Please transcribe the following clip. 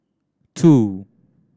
two